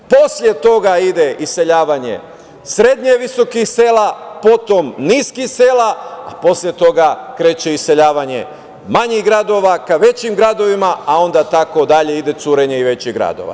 Posle toga ide iseljavanje srednje visokih sela, potom niskih sela, a posle toga kreće iseljavanje manjih gradova ka većim gradovima, a onda tako dalje ide curenje i većih gradova.